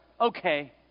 okay